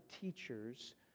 teachers